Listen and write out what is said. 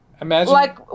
Imagine